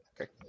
Okay